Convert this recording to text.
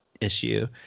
issue